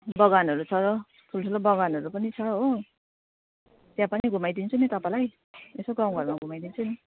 बगानहरू छ ठुल्ठुलो बगानहरू पनि छ हो त्यहाँ पनि घुमाइदिन्छु नि तपाईँलाई यसो गाउँ घरमा घुमाइदिन्छु नि